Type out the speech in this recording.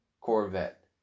Corvette